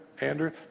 Andrew